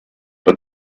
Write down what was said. but